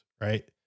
right